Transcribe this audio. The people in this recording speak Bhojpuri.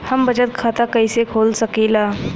हम बचत खाता कईसे खोल सकिला?